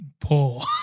poor